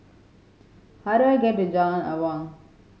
how do I get to Jalan Awang